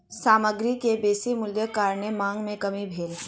सामग्री के बेसी मूल्यक कारणेँ मांग में कमी भेल